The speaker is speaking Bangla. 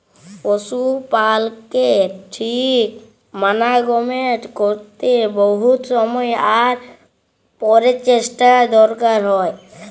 পশু পালকের ঠিক মানাগমেন্ট ক্যরতে বহুত সময় আর পরচেষ্টার দরকার হ্যয়